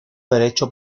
derecho